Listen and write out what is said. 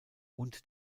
und